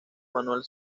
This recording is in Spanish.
manuel